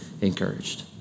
encouraged